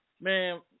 man